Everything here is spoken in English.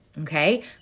okay